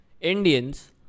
Indians